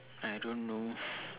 I don't know